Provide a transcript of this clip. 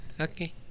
Okay